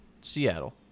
Seattle